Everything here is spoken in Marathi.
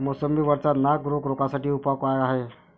मोसंबी वरचा नाग रोग रोखा साठी उपाव का हाये?